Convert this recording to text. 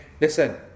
listen